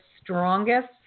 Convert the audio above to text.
strongest